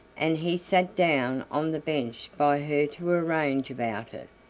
and he sat down on the bench by her to arrange about it,